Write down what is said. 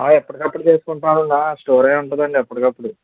ఎప్పటికప్పుడు చేసుకుంటాను అలా స్టోర్ అయ్యి ఉంటుంది అండి ఎప్పటికప్పుడు